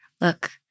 Look